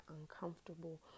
uncomfortable